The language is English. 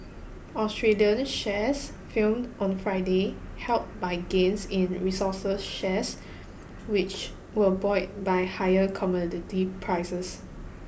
Australian shares filmed on Friday helped by gains in resources shares which were buoyed by higher commodity prices